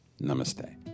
Namaste